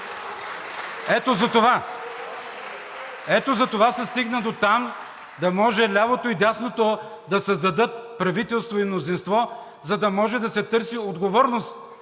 Ето затова, ето затова се стигна дотам да може лявото и дясното да създадат правителство и мнозинство, за да може да се търси отговорност